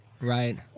Right